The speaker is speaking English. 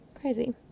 Crazy